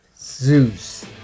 Zeus